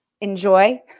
enjoy